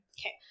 Okay